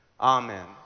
Amen